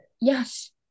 Yes